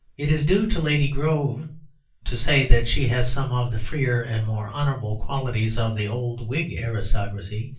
it is due to lady grove to say that she has some of the freer and more honourable qualities of the old whig aristocracy,